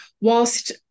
whilst